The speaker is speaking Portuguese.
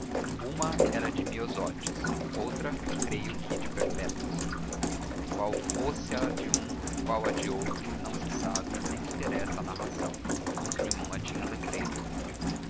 uma era de miosótis outra creio que de perpétuas qual fosse a de um qual a do outro não se sabe nem interessa à narração nenhuma tinha letreiro